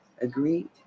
agreed